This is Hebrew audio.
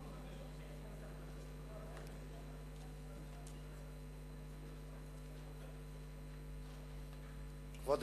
כבוד